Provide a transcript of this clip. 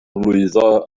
lwyddo